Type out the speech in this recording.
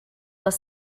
les